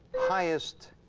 highest.